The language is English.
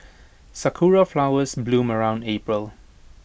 Sakura Flowers bloom around April